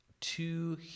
two